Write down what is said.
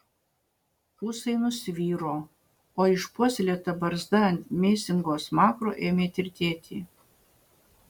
ūsai nusviro o išpuoselėta barzda ant mėsingo smakro ėmė tirtėti